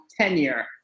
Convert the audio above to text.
tenure